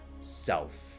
self